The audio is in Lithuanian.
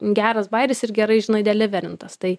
geras bajeris ir gerai žinai deliverintas tai